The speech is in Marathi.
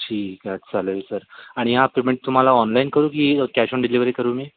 ठीक आहे चालेल सर आणि हां पेंमेंट तुम्हाला ऑनलाईन करू की कॅश ऑन डिलेव्हरी करू मी